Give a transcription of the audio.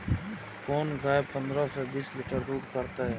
कोन गाय पंद्रह से बीस लीटर दूध करते?